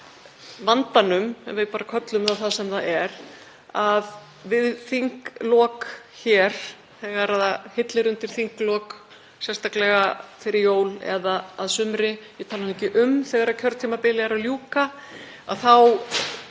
vandanum, ef við bara köllum það það sem það er, að við þinglok, þegar hillir undir þinglok, sérstaklega fyrir jól eða að sumri, ég tala nú ekki um þegar kjörtímabili er að ljúka, fara